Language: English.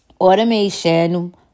automation